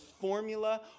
formula